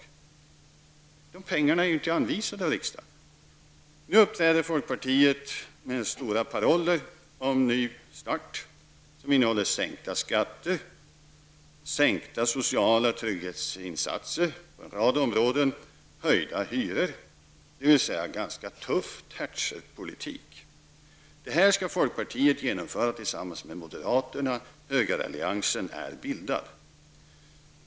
De pengar som det kostar har ju inte anvisats av riksdagen. Nu uppträder folkpartiet med stora paroller om en ny start. Det förslaget innehåller sänkta skatter, sänkta sociala trygghetsinsatser på en rad områden och höjda hyror, dvs. ganska tuff Thatcherpolitik. Den skall folkpartiet genomföra tillsammans med moderaterna -- högeralliansen är bildad.